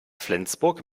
flensburg